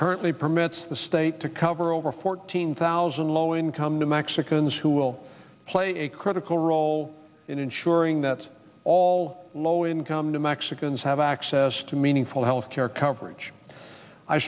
currently permits the state to cover over fourteen thousand low income to mexicans who will play a critical role in ensuring that all low income to mexicans have access to meaningful health care coverage i